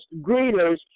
greeters